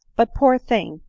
but, poor thing!